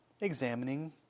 examining